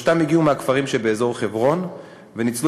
שלושתם הגיעו מהכפרים שבאזור חברון וניצלו